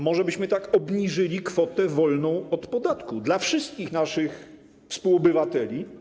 Może byśmy tak obniżyli kwotę wolną od podatku dla wszystkich naszych współobywateli?